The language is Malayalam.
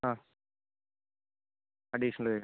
ആ അഡിഷണൽ വരും